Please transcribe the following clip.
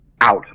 out